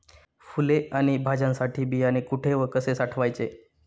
फुले आणि भाज्यांसाठी बियाणे कुठे व कसे साठवायचे?